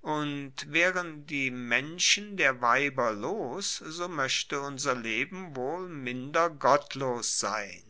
und waeren die menschen der weiber los so moechte unser leben wohl minder gottlos sein